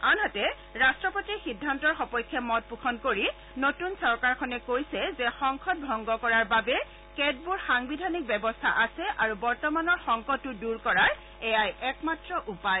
আনহাতে ৰাষ্টপতিৰ সিদ্ধান্তৰ সপক্ষে মত পোষণ কৰি নতুন চৰকাৰখনে কৈছে যে সংসদ ভংগ কৰাৰ বাবে কেতবোৰ সাংবিধানিক ব্যৱস্থা আছে আৰু বৰ্তমানত সংকটতো দূৰ কৰাৰ এয়াই একমাত্ৰ উপায়